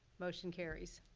motion carries.